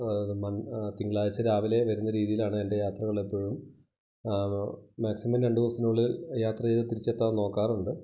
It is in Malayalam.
മ തിങ്കളാഴ്ച്ച രാവിലെ വരുന്ന രീതീയിലാണ് എൻ്റെ യാത്രകളെപ്പോഴും മാക്സിമം രണ്ട് ദിവസത്തിനുള്ളിൽ യാത്ര ചെയ്ത് തിരിച്ചെത്താൻ നോക്കാറുണ്ട്